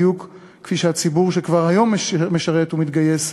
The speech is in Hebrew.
בדיוק כפי שהציבור שכבר היום משרת ומתגייס,